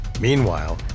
Meanwhile